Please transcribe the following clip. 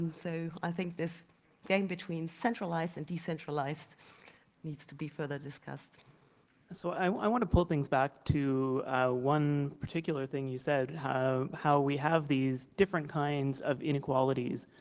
so i think this game between centralised and decentralised needs to be further discussed. greg so i want to pull things back to one particular thing you said. how how we have these different kinds of inequalities.